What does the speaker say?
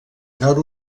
nord